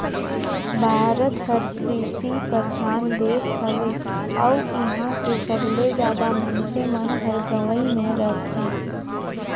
भारत हर कृसि परधान देस हवे अउ इहां के सबले जादा मनइसे मन हर गंवई मे रथें